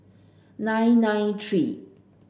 nine nine three